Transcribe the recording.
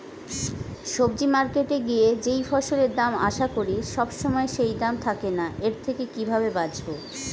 সবজি মার্কেটে গিয়ে যেই ফসলের দাম আশা করি সবসময় সেই দাম থাকে না এর থেকে কিভাবে বাঁচাবো?